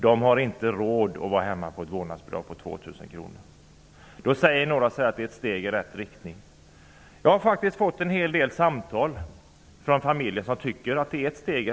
De har inte råd att vara hemma med ett vårdnadsbidrag på Några säger att vårdnadsbidraget är ett steg i rätt riktning. Jag har fått en hel del sådana telefonsamtal från familjer.